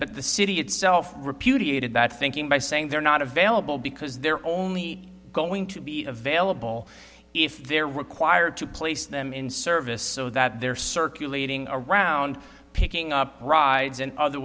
the city itself repudiated that thinking by saying they're not available because they're only going to be available if they're required to place them in service so that they're circulating around picking up rides and other